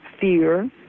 fear